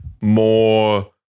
more